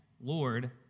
Lord